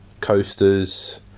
coasters